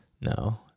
No